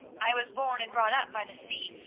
i was born and brought up by the sea,